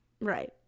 Right